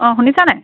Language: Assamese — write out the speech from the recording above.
অ শুনিছা নাই